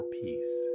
peace